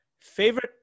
Favorite